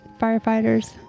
firefighters